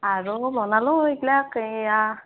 আৰু বনালোঁ এইবিলাক এইয়া